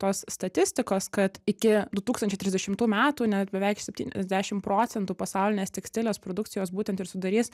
tos statistikos kad iki du tūkstančiai trisdešimtų metų net beveik septyniasdešim procentų pasaulinės tekstilės produkcijos būtent ir sudarys